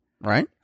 Right